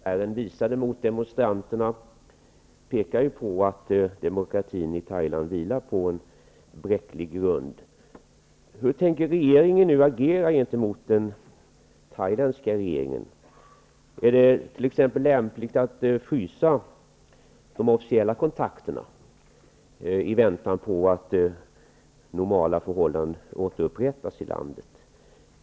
Fru talman! De senaste dagarnas händelser i Bangkok har djupt upprört oss alla. Blodbadet häromdagen måste kraftfullt fördömas. Militärens våld mot demonstranterna pekar på att demokratin i Thailand vilar på en bräcklig grund. Hur tänker regeringen agera gentemot den thailändska regeringen? Är det lämpligt att frysa de officiella kontakterna i väntan på att normala förhållanden återupprättas i landet?